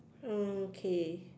okay